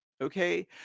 Okay